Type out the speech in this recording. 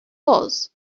was